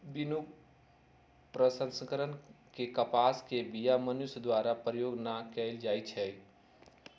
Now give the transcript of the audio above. बिनु प्रसंस्करण के कपास के बीया मनुष्य द्वारा प्रयोग न कएल जाइ छइ